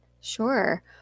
Sure